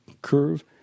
curve